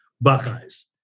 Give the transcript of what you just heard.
Buckeyes